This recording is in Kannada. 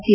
ಟಿ